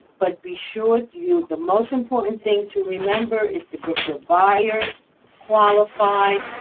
but be sure you the most important thing to remember is to get your buyers qualified.